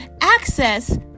access